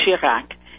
Chirac